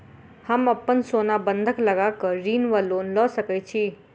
हम अप्पन सोना बंधक लगा कऽ ऋण वा लोन लऽ सकै छी?